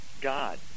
god